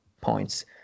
points